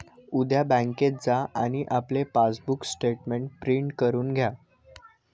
उद्या बँकेत जा आणि आपले पासबुक स्टेटमेंट प्रिंट करून घ्या